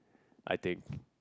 I think